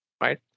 right